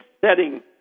setting